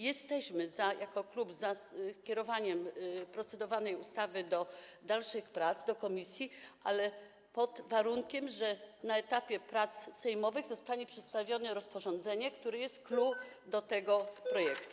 Jesteśmy jako klub za skierowaniem procedowanej ustawy do dalszych prac w komisji, ale pod warunkiem, że na etapie prac sejmowych zostanie przedstawione rozporządzenie, które jest clou tego projektu.